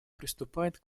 приступает